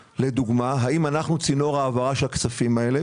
לדוגמה, האם אנחנו רק צינור העברה של הכספים האלה?